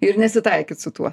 ir nesitaikyt su tuo